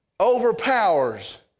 overpowers